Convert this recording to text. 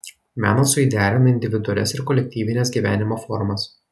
menas suidealina individualias ir kolektyvines gyvenimo formas